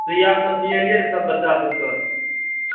सुइआसभ दियलियै सभ बच्चासभकेँ